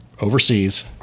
overseas